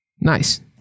Nice